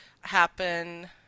happen